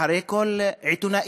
אחרי כל עיתונאי,